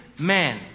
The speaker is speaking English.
Man